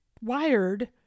wired